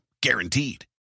guaranteed